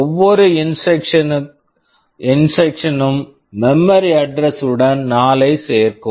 ஒவ்வொரு instruction instruction ம் memory address memory address உடன் 4 ஐ சேர்க்கும்